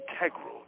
integral